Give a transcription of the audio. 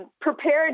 prepared